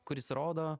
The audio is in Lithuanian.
kuris rodo